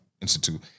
Institute